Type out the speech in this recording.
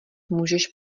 můžeš